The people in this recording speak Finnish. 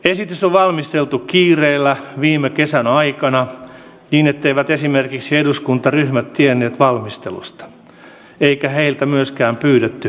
esitys on valmisteltu kiireellä viime kesän aikana niin etteivät esimerkiksi eduskuntaryhmät tienneet valmistelusta eikä heiltä myöskään pyydetty asiasta lausuntoa